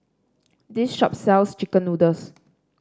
this shop sells chicken noodles